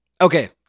Okay